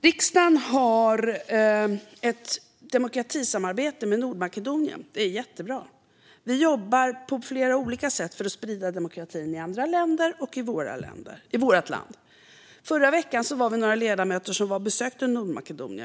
Riksdagen har ett demokratisamarbete med Nordmakedonien. Det är jättebra. Vi jobbar på flera olika sätt för att sprida demokratin i andra länder och i vårt land. Förra veckan var vi några ledamöter som besökte Nordmakedonien.